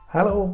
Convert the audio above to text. Hello